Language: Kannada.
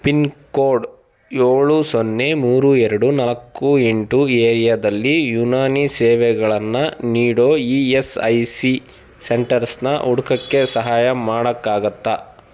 ಪಿನ್ ಕೋಡ್ ಏಳು ಸೊನ್ನೆ ಮೂರು ಎರಡು ನಾಲ್ಕು ಎಂಟು ಏರಿಯಾದಲ್ಲಿ ಯುನಾನಿ ಸೇವೆಗಳನ್ನು ನೀಡೋ ಇ ಎಸ್ ಐ ಸಿ ಸೆಂಟರ್ಸನ್ನ ಹುಡ್ಕಕ್ಕೆ ಸಹಾಯ ಮಾಡೋಕ್ಕಾಗತ್ತಾ